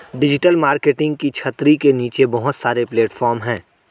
digital marketing की छतरी के नीचे बहुत सारे प्लेटफॉर्म हैं